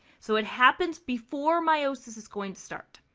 so it happens before meiosis is going to start.